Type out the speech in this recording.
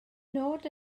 nod